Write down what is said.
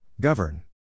Govern